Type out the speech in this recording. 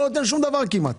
לא נותן שום דבר כמעט.